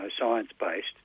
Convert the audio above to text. science-based